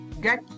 get